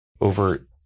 over